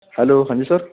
hello ਹਾਂਜੀ sir